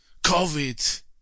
COVID